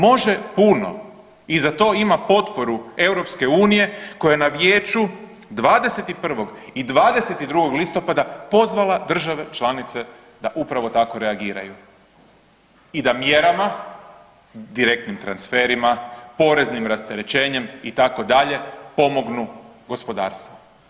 Može puno i za to ima potporu EU koja je na Vijeću 21. i 22. listopada pozvala države članice da upravo tako reagiraju i da mjerama, direktnim transferima, poreznim rasterećenjem itd. pomognu gospodarstvu.